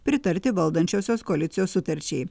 pritarti valdančiosios koalicijos sutarčiai